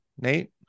Nate